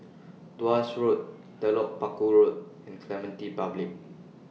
Tuas Road Telok Paku Road and Clementi Public